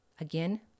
Again